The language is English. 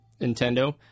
Nintendo